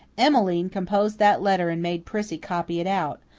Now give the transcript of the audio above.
emmeline composed that letter and made prissy copy it out.